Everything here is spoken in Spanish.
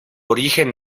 origen